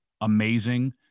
amazing